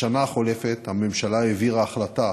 בשנה החולפת הממשלה העבירה החלטה